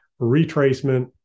retracement